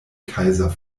kaiser